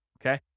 okay